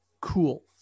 cool